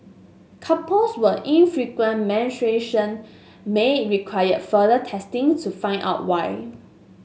couples with infrequent menstruation may require further testing to find out why